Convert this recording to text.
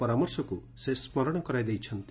ପରାମର୍ଶକ୍ ସେ ସୁରଣ କରାଇ ଦେଇଛନ୍ତି